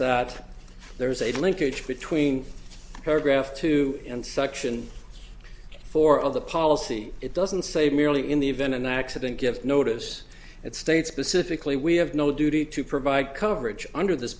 that there is a linkage between paragraph two and section four of the policy it doesn't say merely in the event an accident gives notice it states specifically we have no duty to provide coverage under this